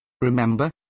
Remember